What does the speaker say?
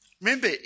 Remember